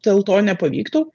dėl to nepavyktų